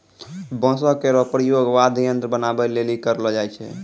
बांसो केरो प्रयोग वाद्य यंत्र बनाबए लेलि करलो जाय छै